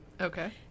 Okay